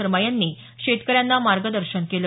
शर्मा यांनी शेतकऱ्यांना मार्गदर्शन केलं